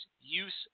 use